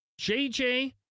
jj